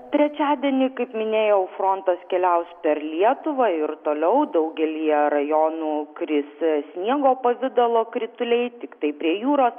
trečiadienį kaip minėjau frontas keliaus per lietuvą ir toliau daugelyje rajonų kris sniego pavidalo krituliai tiktai prie jūros